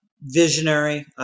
visionary